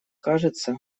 кажется